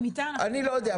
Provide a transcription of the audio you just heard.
אני לא יודע,